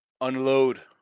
unload